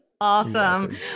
Awesome